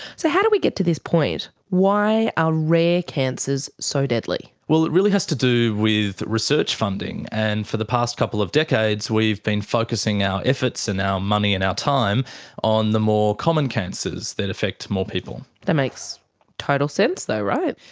so how did we get to this point? why are rare cancers so deadly? well, it really has to do with research funding, and for the past couple of decades we've been focusing our efforts and our money and our time on the more common cancers that affect more people. that makes total sense though, right?